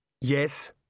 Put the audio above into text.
Yes